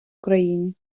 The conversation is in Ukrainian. україні